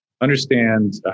understand